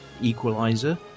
Equalizer